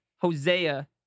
Hosea